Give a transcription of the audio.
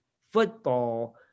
football